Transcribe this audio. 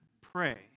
pray